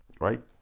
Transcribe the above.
Right